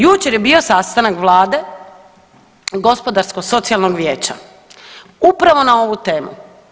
Jučer je bio sastanak Vlade, Gospodarsko-socijalnog vijeća upravo na ovu temu.